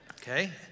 Okay